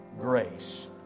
Grace